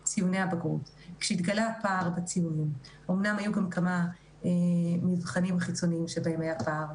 היו גם מבחנים חיצוניים שבהם היה פער,